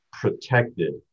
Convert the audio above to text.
protected